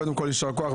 קודם כול יישר כוח,